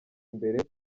imbere